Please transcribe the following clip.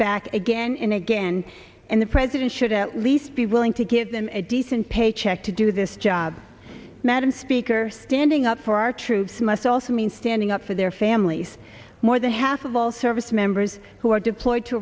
back again in again and the president should at least be willing to give them a decent pay check to do this job madam speaker standing up for our troops must also mean standing up for their families more than half of all service members who are deployed to